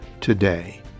today